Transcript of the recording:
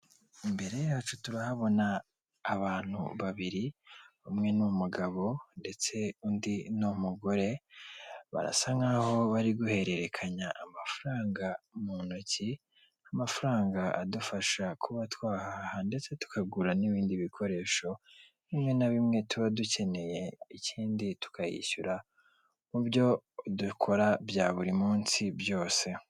Imbere yacu turahabona abantu babiri umwe n'umugabo ndetse undi ni umugore barasa nkaho bari guhererekanya amafaranga mu ntoki amafaranga adufasha kuba twahaha ndetse tukagura n'ibindi bikoresho bimwe na bimwe tuba dukeneye ikindi tukayishyura mu byo dukora bya buri munsi byose.